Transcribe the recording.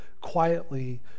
quietly